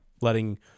letting